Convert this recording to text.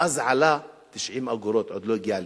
ואז זה עלה 90 אגורות, עוד לא הגיע לשקל.